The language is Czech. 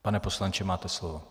Pane poslanče, máte slovo.